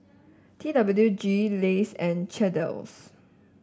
T W G Lays and Chesdale